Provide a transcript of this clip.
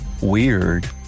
Weird